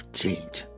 change